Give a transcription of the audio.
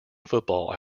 football